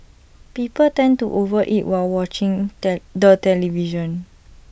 people tend to over eat while watching that the television